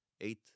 eight